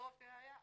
מאתיופיה היו אז,